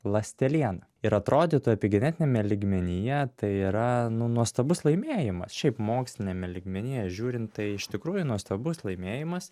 ląstelieną ir atrodytų epigenetiniame lygmenyje tai yra nu nuostabus laimėjimas šiaip moksliniame lygmenyje žiūrint tai iš tikrųjų nuostabus laimėjimas